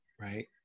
Right